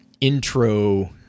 intro